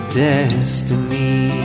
destiny